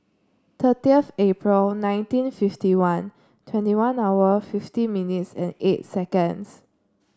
thirtieth April nineteen fifty one twenty one hour fifty minutes and eight seconds